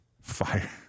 Fire